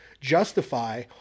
justify